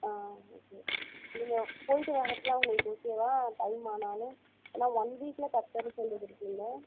ஆ okay நீங்கள் போயிட்டு வர்றதுலாம் உங்களுக்கு ஓகேவா டைம் ஆனாலும் ஏனால் ஒன் வீக்கில் கற்றுத் தரணுன்னு சொல்லியிருக்கீங்க